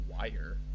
wire